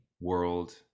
World